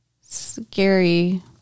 scary